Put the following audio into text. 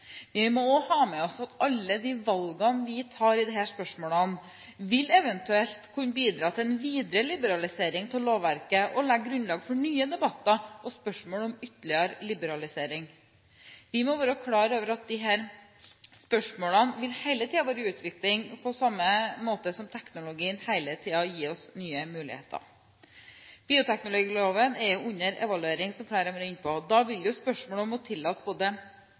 Vi må også ha med oss at alle de valgene vi tar i disse spørsmålene, eventuelt vil kunne bidra til en videre liberalisering av lovverket og legge grunnlaget for nye debatter og spørsmål om ytterligere liberalisering. Vi må være klar over at disse spørsmålene hele tiden vil være i utvikling, på samme måte som teknologien hele tiden gir oss nye muligheter. Bioteknologiloven er under evaluering, som flere har vært inne på. Da vil spørsmålet om å tillate både